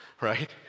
right